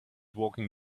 walking